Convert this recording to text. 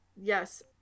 Yes